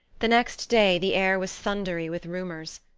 the next day the air was thundery with rumours.